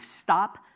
stop